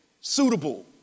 suitable